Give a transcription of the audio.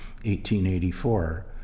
1884